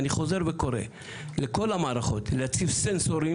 וחוזר וקורא לכל המערכות להציב סנסורים.